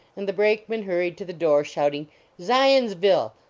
and the brakeman hurried to the door, shouting zions-ville!